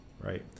Right